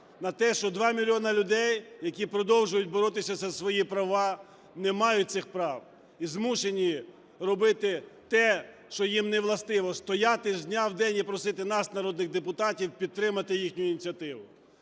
на те, що 2 мільйони людей, які продовжують боротися за свої права, не мають цих прав і змушені робити те, що їм не властиво – стояти з дня в день і просити нас, народних депутатів, підтримати їхню ініціативу.